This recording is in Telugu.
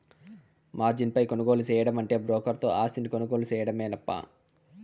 మార్జిన్ పై కొనుగోలు సేయడమంటే బ్రోకర్ తో ఆస్తిని కొనుగోలు సేయడమేనప్పా